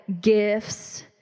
gifts